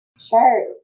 Sure